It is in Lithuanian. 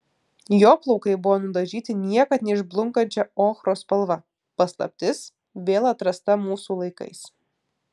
jo plaukai buvo nudažyti niekad neišblunkančia ochros spalva paslaptis vėl atrasta mūsų laikais